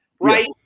right